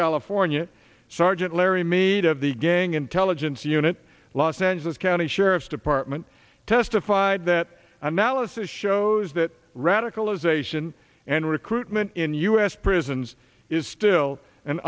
california sergeant larry mead of the gang intelligence unit los angeles county sheriff's department testified that analysis shows that radicalization and recruitment in u s prisons is still an